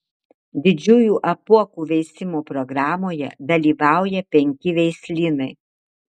didžiųjų apuokų veisimo programoje dalyvauja penki veislynai